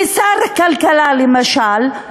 כשר הכלכלה, למשל,